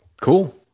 Cool